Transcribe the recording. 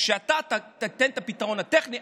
כשאתה תיתן את הפתרון הטכני,